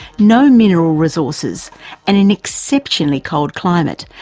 no mineral resources and an exceptionally cold climate,